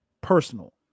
personal